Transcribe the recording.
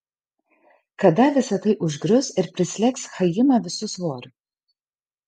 kada visa tai užgrius ir prislėgs chaimą visu svoriu